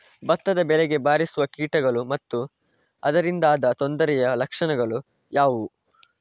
ಭತ್ತದ ಬೆಳೆಗೆ ಬಾರಿಸುವ ಕೀಟಗಳು ಮತ್ತು ಅದರಿಂದಾದ ತೊಂದರೆಯ ಲಕ್ಷಣಗಳು ಯಾವುವು?